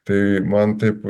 tai man taip